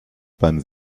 beim